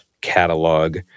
catalog